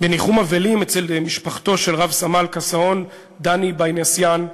בניחום אבלים אצל משפחתו של רב-סמל קסהון דני ביינסאין,